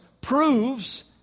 proves